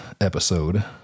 episode